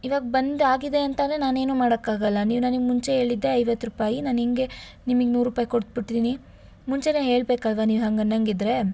ಇವಾಗ ಬಂದು ಆಗಿದೆ ಅಂತ ನಾನೇನು ಮಾಡೋಕಾಗಲ್ಲ ನೀವು ನನಗ್ ಮುಂಚೆ ಹೇಳಿದ್ದೇ ಐವತ್ತು ರೂಪಾಯಿ ನಾನು ಹೇಗೆ ನಿಮಗ್ ನೂರು ರೂಪಾಯಿ ಕೊಟ್ಬಿಡ್ತೀನಿ ಮುಂಚೆ ಹೇಳಬೇಕಲ್ವಾ ನೀವು ಹಾಗನ್ನಂಗಿದ್ರೆ